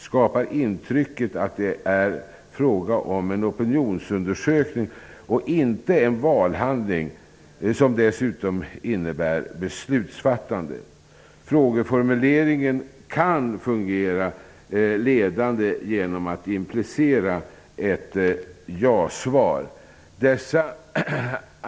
skapar intrycket att det är fråga om en opinionsundersökning och inte en valhandling, som dessutom innebär beslutsfattande. Frågeformuleringen kan fungera ledande genom att implicera ett ja-svar.